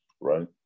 right